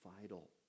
vital